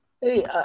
Hey